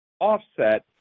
offset